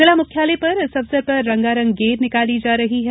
जिला मुख्यालय पर इस अवसर पर रंगारंग गेर निकाली जा रही है